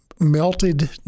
melted